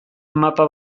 mapa